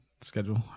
schedule